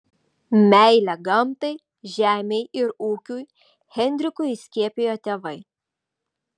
meilę gamtai žemei ir ūkiui henrikui įskiepijo tėvai